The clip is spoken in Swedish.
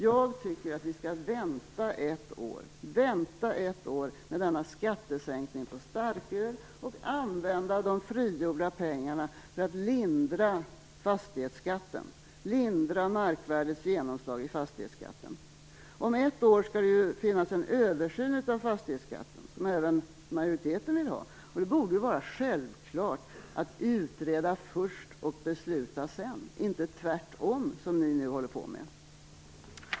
Jag tycker att vi skall vänta ett år med denna skattesänkning på starköl och använda de frigjorda pengarna till att lindra markvärdets genomslag i fastighetsskatten. Om ett år skall det ju finnas en översyn av fastighetsskatten, vilket även majoriteten vill ha, och det borde vara självklart att utreda först och besluta sedan, inte tvärtom, som ni gör nu. Fru talman!